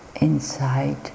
inside